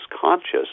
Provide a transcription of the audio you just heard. conscious